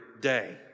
day